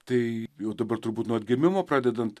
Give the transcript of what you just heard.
tai jau dabar turbūt nuo atgimimo pradedant